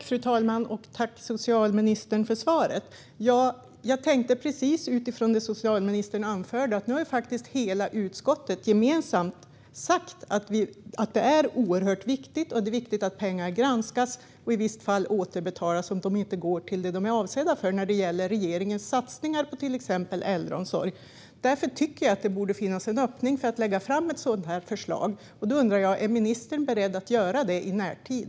Fru talman! Tack, socialministern, för svaret! Ja, utifrån det socialministern anförde tänkte jag precis att hela utskottet gemensamt har sagt att detta är oerhört viktigt. Det är viktigt att det granskas vart pengarna går, och i vissa fall ska de återbetalas om de inte har gått till det de är avsedda för, till exempel när det gäller regeringens satsningar på äldreomsorg. Därför tycker jag att det borde finnas en öppning för att lägga fram ett sådant förslag. Då undrar jag: Är ministern beredd att göra det i närtid?